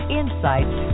insights